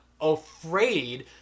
afraid